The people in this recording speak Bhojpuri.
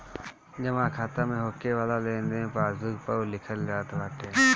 जमा खाता में होके वाला लेनदेन पासबुक पअ लिखल जात बाटे